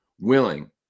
willing